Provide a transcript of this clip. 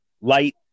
Light